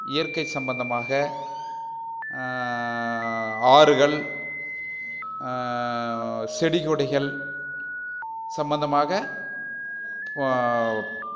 இயற்கை சம்மந்தமாக ஆறுகள் செடிகொடிகள் சம்பந்தமாக